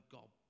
God